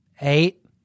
eight